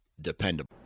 dependable